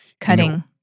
Cutting